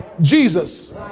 Jesus